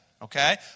Okay